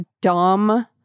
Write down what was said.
dumb